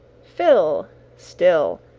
fill still,